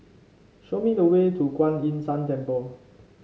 show me the way to Kuan Yin San Temple